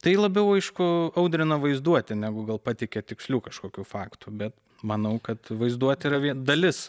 tai labiau aišku audrina vaizduotę negu gal pateikia tikslių kažkokių faktų bet manau kad vaizduotė yra vie dalis